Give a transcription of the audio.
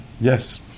Yes